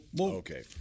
Okay